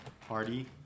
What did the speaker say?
Party